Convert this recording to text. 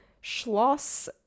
Schloss